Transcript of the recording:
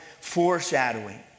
foreshadowing